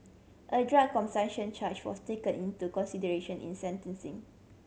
a drug consumption charge was taken into consideration in sentencing